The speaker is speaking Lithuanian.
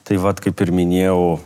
tai vat kaip ir minėjau